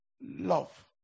love